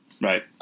Right